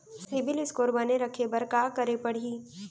CIBIL score बने रखे बर का करे पड़ही?